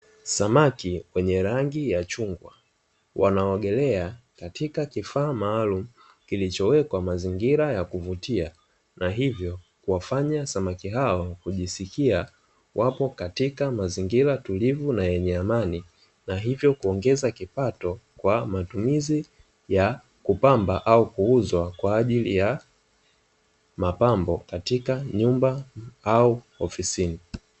Samaki wenye rangi ya chungwa, wanaogelea katika kifaa maalumu kilichowekwa mazingira ya kuvutia, na hivyo kuwafanya samaki hao kujisikia wapo katika mazingira tulivu na yenye Amani, na hivyo kuongeza kipato kwa matumizi ya kupamba au kuuza, kwa ajili ya mapambo katika nyumba au ofisini.